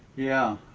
yeah,